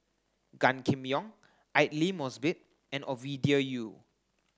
Gan Kim Yong Aidli Mosbit and Ovidia Yu